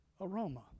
aroma